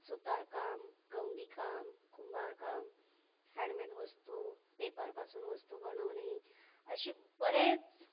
सुतारकाम गवंडीकाम कुंभारकाम हँडमेड वस्तू पेपरपासून वस्तू बनवणे अशी बरेच